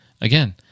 Again